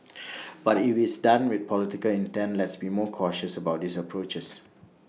but if IT is done with political intent let's be more cautious about those approaches